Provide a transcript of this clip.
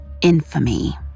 infamy